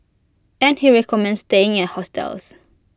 and he recommends staying at hostels